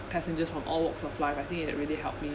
passengers from all walks of life I think it really helped me